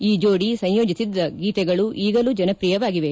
ಈ ಜೋಡಿ ಸಂಯೋಜಿಸಿದ್ದ ಗೀತೆಗಳು ಈಗಲೂ ಜನಪ್ರಿಯವಾಗಿವೆ